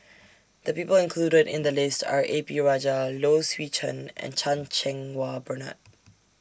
The People included in The list Are A P Rajah Low Swee Chen and Chan Cheng Wah Bernard